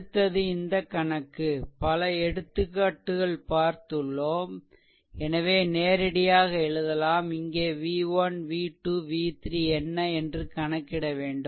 அடுத்தது இந்த கணக்கு பல எடுத்துக்காட்டுகள் பார்த்துள்ளோம் எனவே நேரடியாக எழுதலாம் இங்கே v1 v2 v3 என்ன என்று கணக்கிட வேண்டும்